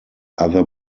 other